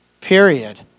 period